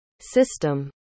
system